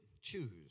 Choose